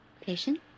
Patient